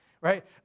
Right